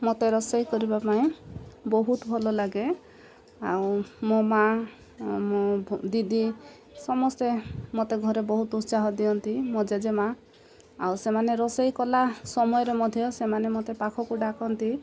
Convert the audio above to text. ମୋତେ ରୋଷେଇ କରିବା ପାଇଁ ବହୁତ ଭଲ ଲାଗେ ଆଉ ମୋ ମା' ମୋ ଦିଦି ସମସ୍ତେ ମୋତେ ଘରେ ବହୁତ ଉତ୍ସାହ ଦିଅନ୍ତି ମୋ ଜେଜେ ମା' ଆଉ ସେମାନେ ରୋଷେଇ କଲା ସମୟରେ ମଧ୍ୟ ସେମାନେ ମୋତେ ପାଖକୁ ଡାକନ୍ତି